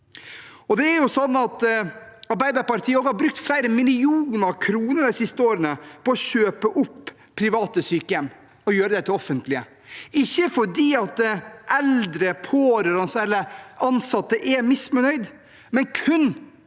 Arbeiderpartiet har brukt flere millioner kroner de siste årene på å kjøpe opp private sykehjem og gjøre dem til offentlige. Det er ikke fordi eldre, pårørende eller ansatte er misfornøyde, men kun